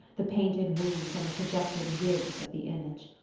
the painted wounds, and the projected ribs of the image.